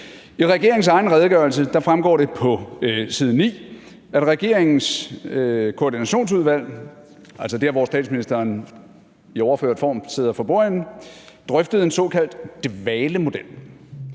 I regeringens egen redegørelse fremgår det på side 9, at regeringens koordinationsudvalg, altså der, hvor statsministeren i overført form sidder for bordenden, drøftede en såkaldt dvalemodel,